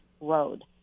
road